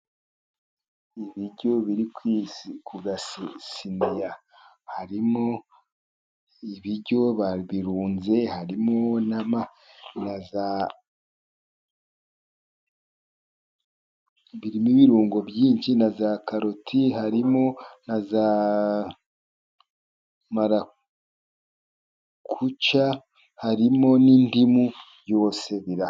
Ibiryo biri ku gasiniya, harimo ibiryo babirunze birimo ibirungo byinshi na za karoti, harimo na za marakuja, harimo n'indimu yose bira...